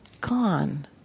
gone